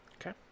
Okay